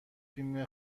فیلم